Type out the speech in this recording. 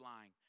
lying